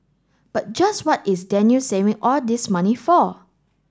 but just what is Daniel saving all this money for